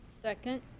Second